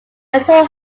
tour